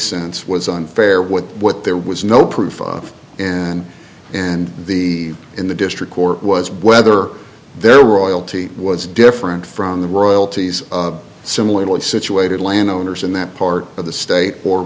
cents was unfair with what there was no proof of and and the in the district court was whether there royalty was different from the royalties similarly situated landowners in that part of the state